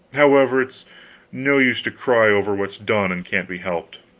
however, it's no use to cry over what's done and can't be helped.